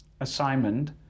assignment